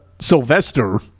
sylvester